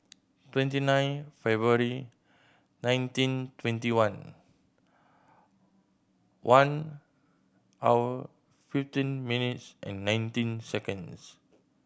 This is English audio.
twenty nine February nineteen twenty one one hour fifteen minutes and nineteen seconds